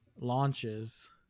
launches